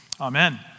Amen